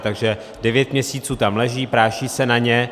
Takže devět měsíců tam leží, práší se na ně.